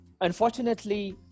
unfortunately